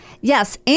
Yes